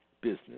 business